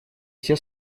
все